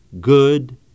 good